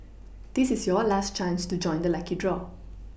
this is your last chance to join the lucky draw